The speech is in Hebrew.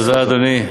תודה, אדוני.